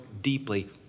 deeply